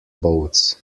boats